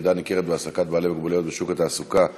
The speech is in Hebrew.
ירידה ניכרת בהעסקת אנשים עם מוגבלות בשוק התעסוקה